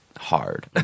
hard